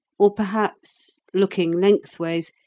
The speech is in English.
or perhaps, looking lengthways,